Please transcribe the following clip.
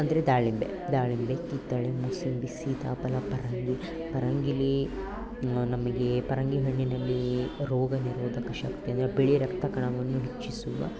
ಅಂದರೆ ದಾಳಿಂಬೆ ದಾಳಿಂಬೆ ಕಿತ್ತಳೆ ಮೂಸಂಬಿ ಸೀತಾಫಲ ಪರಂಗಿ ಪರಂಗೀಲಿ ನಮಗೆ ಪರಂಗಿ ಹಣ್ಣಿನಲ್ಲಿ ರೋಗನಿರೋಧಕ ಶಕ್ತಿ ಅಂದರೆ ಬಿಳಿರಕ್ತ ಕಣಗಳನ್ನು ಹೆಚ್ಚಿಸುವ